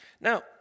Now